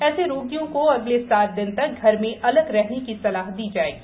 ऐसे रोगियों को अगले सात दिन तक घर में अलग रहने की सलाह दी जाएगी